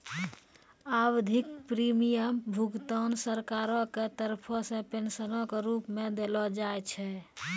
आवधिक प्रीमियम भुगतान सरकारो के तरफो से पेंशनो के रुप मे देलो जाय छै